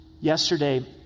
Yesterday